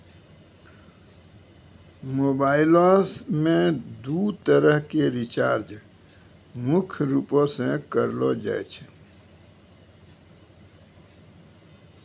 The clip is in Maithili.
मोबाइलो मे दू तरह के रीचार्ज मुख्य रूपो से करलो जाय छै